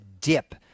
dip